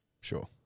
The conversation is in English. Sure